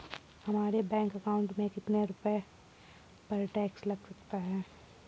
हमारे bank account में कितने रुपये पर टैक्स लग सकता है?